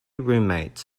roommates